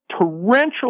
torrential